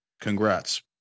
Congrats